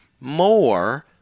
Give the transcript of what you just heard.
more